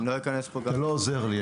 אתה לא עוזר לי.